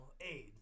aid